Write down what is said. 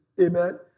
Amen